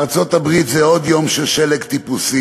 כשבארצות-הברית זה עוד יום של שלג טיפוסי.